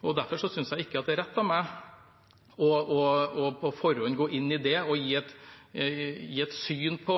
Derfor synes jeg ikke det er rett av meg på forhånd å gå inn i det og gi et syn på